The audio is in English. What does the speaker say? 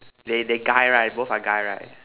they they guy right both are guy right